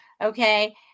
Okay